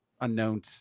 unknown